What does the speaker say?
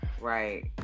Right